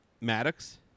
Maddox